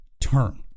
turn